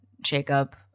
Jacob